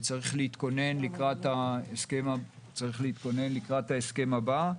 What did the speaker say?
וצריך להתכונן לקראת ההסכם הבא.